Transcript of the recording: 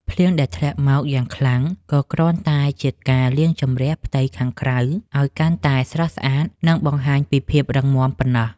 ភ្លៀងដែលធ្លាក់មកយ៉ាងខ្លាំងក៏គ្រាន់តែជាការលាងជម្រះផ្ទៃខាងក្រៅឱ្យកាន់តែស្រស់ស្អាត និង បង្ហាញពីភាពរឹងមាំប៉ុណ្ណោះ។